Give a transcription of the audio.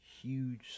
Huge